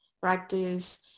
practice